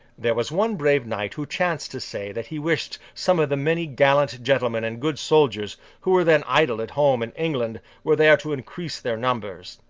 there was one brave knight who chanced to say that he wished some of the many gallant gentlemen and good soldiers, who were then idle at home in england, were there to increase their numbers.